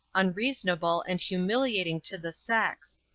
unreasonable, and humiliating to the sex.